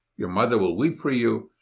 your mother will weep for you.